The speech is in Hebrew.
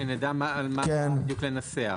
שנדע מה בדיוק לנסח.